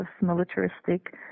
militaristic